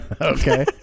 Okay